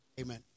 Amen